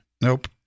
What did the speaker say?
Nope